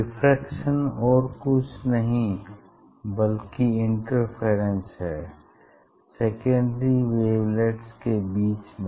diffraction और कुछ नहीं बल्कि इंटरफेरेंस है सेकेंडरी ववेलेट्स के बीच में